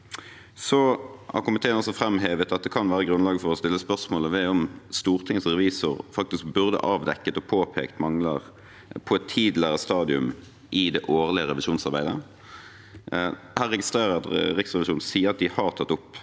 Så har komiteen også framhevet at det kan være grunnlag for å stille spørsmål om Stortingets revisor faktisk burde avdekket og påpekt mangler på et tidligere stadium i det årlige revisjonsarbeidet. Her registrerer jeg at Riksrevisjonen sier at de har tatt opp